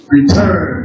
Return